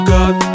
God